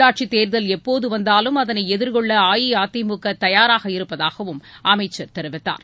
உள்ளாட்சி தேர்தல் எப்போது வந்தாலும் அதனை எதிர்கொள்ள அஇஅதிமுக தயாராக இருப்பதாகவும் அமைச்சர் தெரிவித்தார்